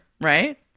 right